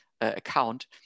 account